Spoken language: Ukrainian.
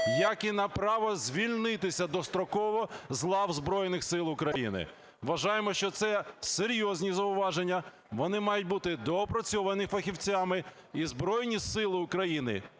як і на право звільнитися достроково з лав Збройних Сил України. Вважаємо, що це серйозні зауваження, вони мають бути доопрацьовані фахівцями, і Збройні Сили України,